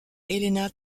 elena